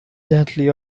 gently